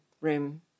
room